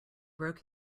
broke